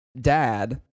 dad